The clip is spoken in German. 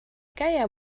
geier